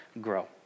grow